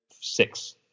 Six